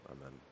Amen